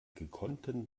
gekonnten